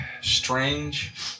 Strange